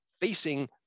facing